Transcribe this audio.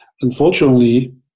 unfortunately